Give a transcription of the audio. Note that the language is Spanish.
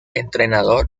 entrenador